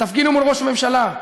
תפגינו מול ראש הממשלה,